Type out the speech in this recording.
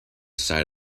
side